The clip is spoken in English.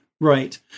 Right